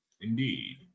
Indeed